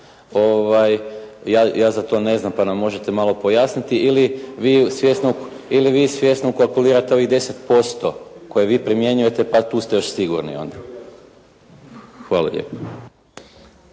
ja za to ne znam, pa nam možete malo pojasniti ili vi svjesno kalkulirate ovih 10% koje vi primjenjujete pa tu ste još sigurni onda. Hvala